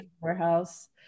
Warehouse